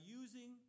using